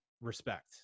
respect